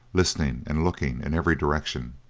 listening and looking in every direction.